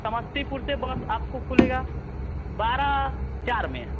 समस्तीपुर से बस आपको खुलेगा बारा चार में